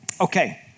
Okay